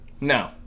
No